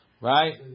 right